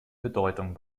bedeutung